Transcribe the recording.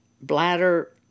bladder